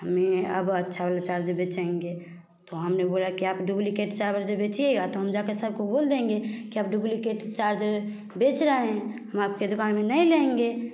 मैं अब अच्छा चार्ज बेचेंगे तो हम ने बोला कि डूब्लिकेट चार्ज बेचिएगा तो हम जा कर सब को बोल देंगे कि आप डूब्लिकेट चार्जर बेच रहे हैं हम आपकी दुकान में नहीं लेंगे